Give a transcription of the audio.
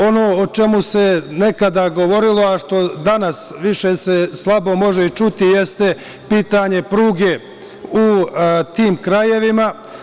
Ono o čemu se nekada govorilo, a što se danas slabo može čuti, jeste pitanje pruge u tim krajevima.